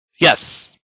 Yes